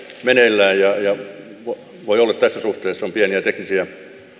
meneillään ja voi olla että tässä suhteessa on pieniä teknisiä